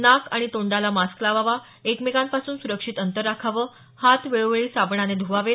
नाक आणि तोंडाला मास्क लावावा एकमेकांपासून सुरक्षित अंतर राखावं हात वेळोवेळी साबणाने ध्वावेत